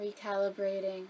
recalibrating